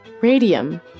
Radium